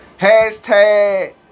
hashtag